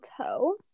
toe